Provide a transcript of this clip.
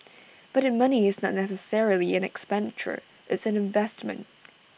but that money is not necessarily an expenditure it's an investment